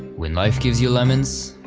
when life gives you lemons,